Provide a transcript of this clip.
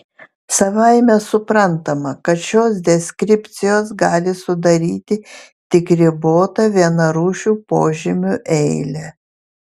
savaime suprantama kad šios deskripcijos gali sudaryti tik ribotą vienarūšių požymių eilę